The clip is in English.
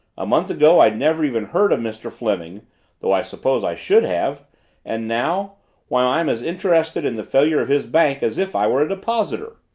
a month ago i'd never even heard of mr. fleming though i suppose i should have and now why, i'm as interested in the failure of his bank as if i were a depositor!